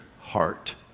heart